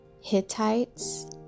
Hittites